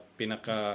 pinaka